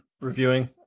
reviewing